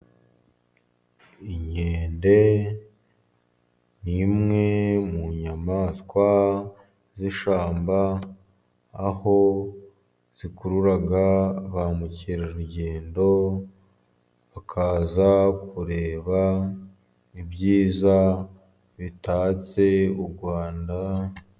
Inkende ni imwe mu nyamaswa z'ishyamba, aho zikurura ba mukerarugendo, bakaza kureba ibyiza bitatse u Rwanda,..